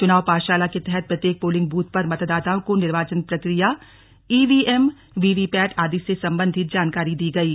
चुनाव पाठशाला के तहत प्रत्येक पोलिंग बूथ पर मतदाताओं को निर्वाचन प्रक्रिया ईवीएम वीवीपैट आदि से संबंधित जानकारी दी गयी